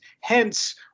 hence